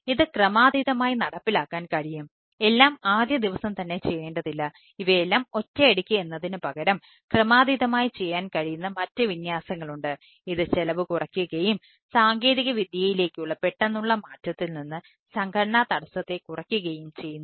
ഇത് ക്രമാതീതമായി നടപ്പിലാക്കാൻ കഴിയും എല്ലാം ആദ്യ ദിവസം തന്നെ ചെയ്യേണ്ടതില്ല ഇവയെല്ലാം ഒറ്റയടിക്ക് എന്നതിന് പകരം ക്രമാതീതമായി ചെയ്യാൻ കഴിയുന്ന മറ്റ് വിന്യാസങ്ങളുണ്ട് ഇത് ചെലവ് കുറയ്ക്കുകയും സാങ്കേതികവിദ്യകളിലേക്കുള്ള പെട്ടെന്നുള്ള മാറ്റത്തിൽ നിന്ന് സംഘടനാ തടസ്സത്തെ കുറയ്ക്കുകയും ചെയ്യുന്നു